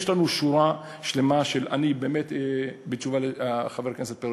יש לנו שורה שלמה של, באמת בתשובה לחבר הכנסת פרץ,